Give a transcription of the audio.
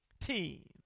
team